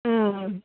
ಹ್ಞೂ